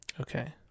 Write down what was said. Okay